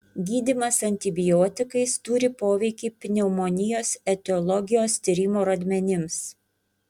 gydymas antibiotikais turi poveikį pneumonijos etiologijos tyrimo rodmenims